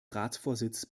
ratsvorsitz